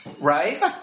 right